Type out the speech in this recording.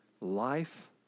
life